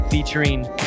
Featuring